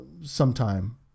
sometime